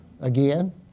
again